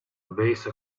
base